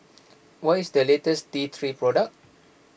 what is the latest T three product